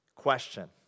question